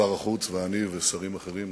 שר החוץ ואני ושרים אחרים,